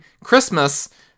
Christmas